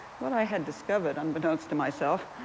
what i had discovered, unbeknownst to myself,